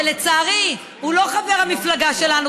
שלצערי הוא לא חבר המפלגה שלנו,